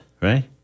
right